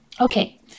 Okay